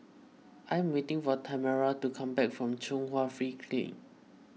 I am waiting for Tamera to come back from Chung Hwa Free Clinic